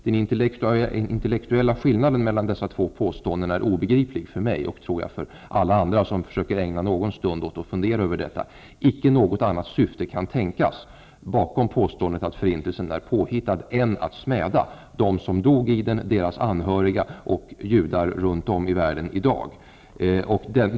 Den intellektuella skillnaden mellan dessa två påståenden är obegriplig för mig och, tror jag, för alla andra som försöker ägna en stund åt att fundera över detta. Det kan inte finnas något annat syfte bakom påståen det att förintelsen är påhittad än att smäda dem som dog i den, deras anhö riga och judar runt om i världen i dag.